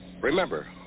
Remember